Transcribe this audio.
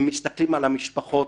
הם מסתכלים על המשפחות